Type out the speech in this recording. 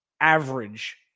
average